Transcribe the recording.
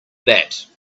that